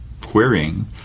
querying